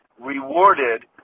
rewarded